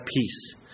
peace